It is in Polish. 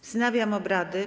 Wznawiam obrady.